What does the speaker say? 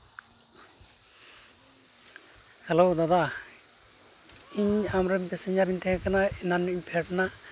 hello ᱫᱟᱫᱟ ᱤᱧ ᱟᱢ ᱨᱮᱱ ᱯᱮᱥᱮᱧᱡᱟᱨᱤᱧ ᱛᱮᱦᱮᱸᱠᱟᱱᱟ ᱮᱱᱟᱱᱤᱧ ᱯᱷᱮᱰ ᱱᱟ